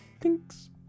Thanks